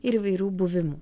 ir įvairių buvimų